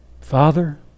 Father